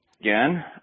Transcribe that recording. again